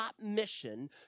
mission